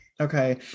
Okay